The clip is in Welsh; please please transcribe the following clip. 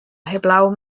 heblaw